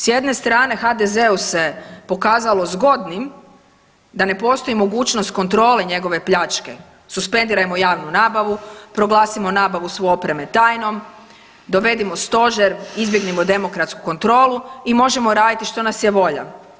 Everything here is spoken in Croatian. S jedne strane HDZ-u se pokazalo zgodnim da ne postoji mogućnost kontrole njegove prakse, suspendirajmo javnu nabavu, proglasimo nabavu svu opreme tajnom, dovedimo stožer, izbjegnimo demokratsku kontrolu i možemo raditi što nas je volja.